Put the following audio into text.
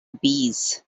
bees